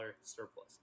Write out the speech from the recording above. surplus